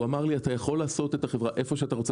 והוא אמר לי: אתה יכול להקים את החברה איפה שאתה רוצה,